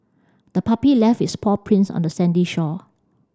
the puppy left its paw prints on the sandy shore